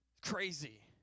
Crazy